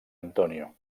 antonio